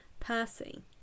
percy